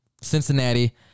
Cincinnati